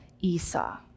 Esau